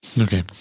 Okay